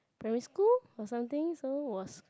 primary school or something so was